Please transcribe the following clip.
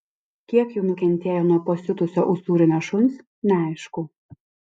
kiek jų nukentėjo nuo pasiutusio usūrinio šuns neaišku